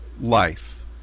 life